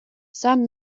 some